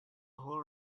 whole